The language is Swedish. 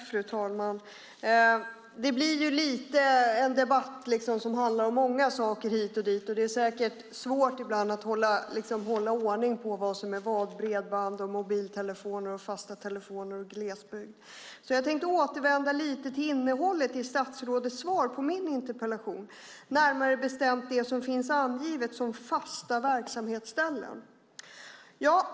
Fru talman! Det blir lite en debatt som handlar om många saker hit och dit. Det är ibland svårt att hålla ordning på vad som är vad med bredband, mobiltelefoner, fasta telefoner och glesbygd. Jag tänkte återvända lite till innehållet i statsrådets svar på min interpellation, närmare bestämt till det som finns angivet som fasta verksamhetsställen.